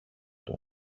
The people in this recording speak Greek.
του